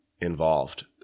involved